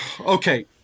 Okay